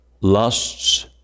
lusts